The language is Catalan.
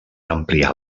ampliar